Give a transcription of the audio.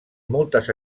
moltes